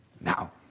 now